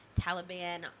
Taliban